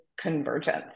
convergence